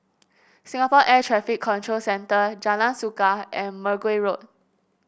Singapore Air Traffic Control Centre Jalan Suka and Mergui Road